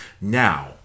Now